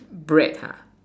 bread ha